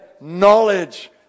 Knowledge